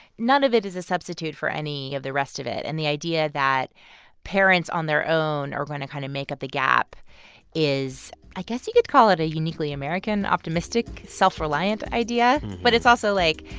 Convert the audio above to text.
none of it is a substitute for any of the rest of it. and the idea that parents, on their own, are going to kind of make up the gap is i guess you could call it a uniquely american, optimistic, self-reliant idea. but it's also, like,